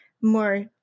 more